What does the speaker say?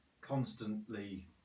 constantly